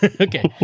Okay